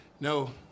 No